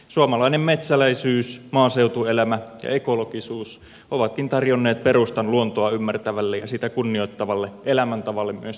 suomalainen metsäläisyys maaseutuelämä ja ekologisuus ovatkin tarjonneet perustan luontoa ymmärtävälle ja sitä kunnioittavalle elämäntavalle myös tänä päivänä